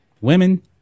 Women